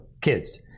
kids